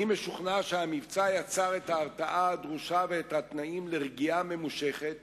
אני משוכנע שהמבצע יצר את ההרתעה הדרושה ואת התנאים לרגיעה ממושכת